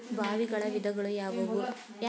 ಬಾವಿಗಳ ವಿಧಗಳು ಯಾವುವು?